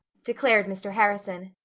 declared mr. harrison.